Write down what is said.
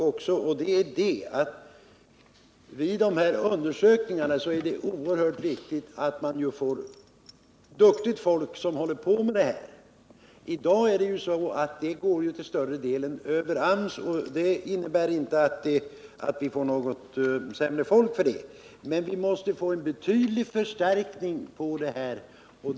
När det gäller undersökningarna vill jag framhålla att det är oerhört viktigt att vi får en regional förstärkning av duktigt folk som håller på med det arbetet. I dag går den personalen till större delen över AMS.